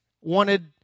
wanted